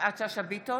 יפעת שאשא ביטון,